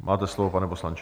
Máte slovo, pane poslanče.